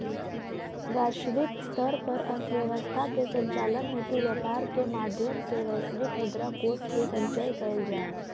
वैश्विक स्तर पर अर्थव्यवस्था के संचालन हेतु व्यापार के माध्यम से वैश्विक मुद्रा कोष के संचय कैल जा हइ